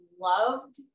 loved